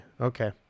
Okay